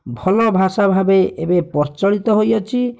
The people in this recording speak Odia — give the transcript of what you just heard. ଭଲ ଭାଷା ଭାବେ ଏବେ ପ୍ରଚଳିତ ହୋଇଅଛି